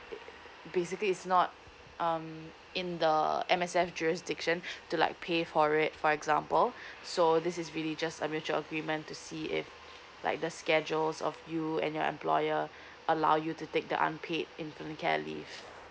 basically is not um in the M_S_F jurisdiction to like pay for it for example so this is really just a mutual agreement to see if like the schedules of you and your employer allow you to take the unpaid infant care leave